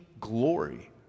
glory